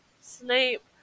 Snape